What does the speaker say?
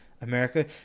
America